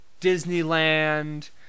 Disneyland